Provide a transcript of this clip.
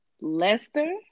Lester